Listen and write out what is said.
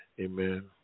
Amen